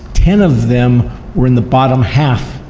ten of them were in the bottom half,